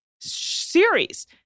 series